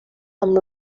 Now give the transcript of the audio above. amb